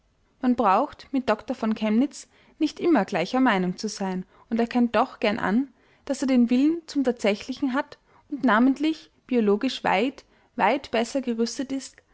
man braucht mit dr von kemnitz nicht immer gleicher meinung zu sein und erkennt doch gern an daß er den willen zum tatsächlichen hat und namentlich biologisch weit weit besser gerüstet ist